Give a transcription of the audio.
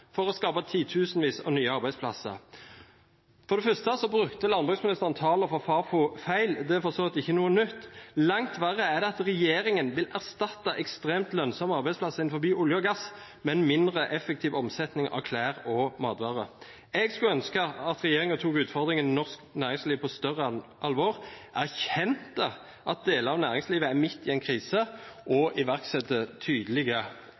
for å skape titusenvis av nye arbeidsplasser. For det første brukte landbruksministeren tallene fra Fafo feil – det er for så vidt ikke noe nytt. Langt verre er det at regjeringen vil erstatte ekstremt lønnsomme arbeidsplasser innen olje og gass med en mindre effektiv omsetning av klær og matvarer. Jeg skulle ønske at regjeringen tok utfordringene i norsk næringsliv på større alvor, erkjente at deler av næringslivet er midt i en krise, og